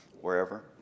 wherever